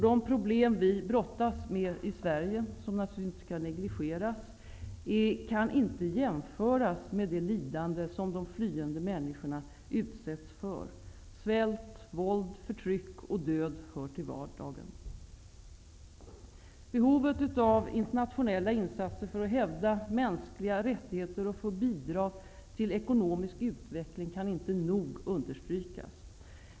De problem vi brottas med i Sverige, som naturligtvis inte skall negligeras, kan inte jämföras med det lidande de flyende människorna utsätts för. Svält, våld, förtryck och död hör till vardagen. Behovet av internationella insatser för att hävda mänskliga rättigheter och bidra till ekonomisk utveckling kan inte nog understrykas.